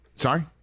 Sorry